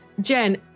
Jen